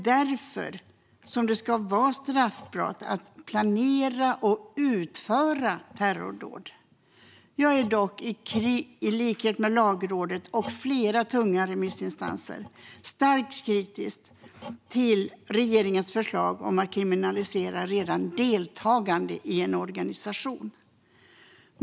Därför ska det vara straffbart att planera och utföra terrordåd. Jag är dock i likhet med Lagrådet och flera tunga remissinstanser starkt kritisk till regeringens förslag att kriminalisera redan deltagande i en organisation.